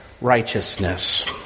righteousness